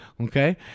okay